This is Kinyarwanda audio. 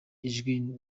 ijwi